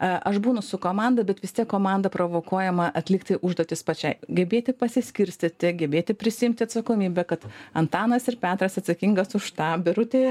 aš būnu su komanda bet vis tiek komanda provokuojama atlikti užduotis pačiai gebėti pasiskirstyti gebėti prisiimti atsakomybę kad antanas ir petras atsakingas už tą birutė